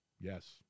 Yes